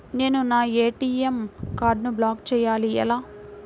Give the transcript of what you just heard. నేను నా ఏ.టీ.ఎం కార్డ్ను బ్లాక్ చేయాలి ఎలా?